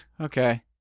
okay